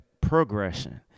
progression